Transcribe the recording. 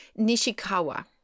Nishikawa